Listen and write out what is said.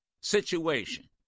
situation